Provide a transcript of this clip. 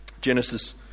Genesis